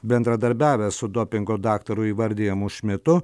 bendradarbiavęs su dopingo daktaru įvardijamu smitu